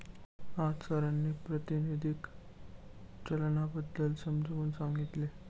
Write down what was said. आज सरांनी प्रातिनिधिक चलनाबद्दल समजावून सांगितले